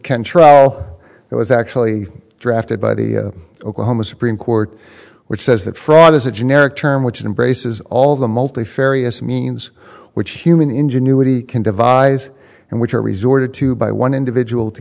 control it was actually drafted by the oklahoma supreme court which says that fraud is a generic term which embraces all the multifarious means which human ingenuity can devise and which are resorted to by one individual to